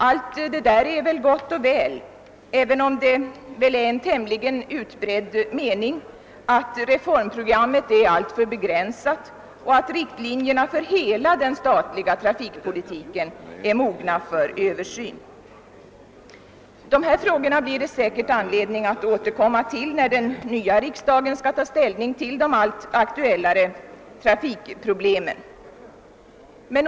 Allt detta är gott och väl, även om det väl är en tämligen utbredd mening att reformprogrammet är för begränsat och att riktlinjerna för hela den statliga trafikpolitiken är mogna för en översyn. Det blir säkerligen anledning att återkomma till dessa frågor när den nya riksdagen skall ta ställning till de allt aktuellare trafikproblemen.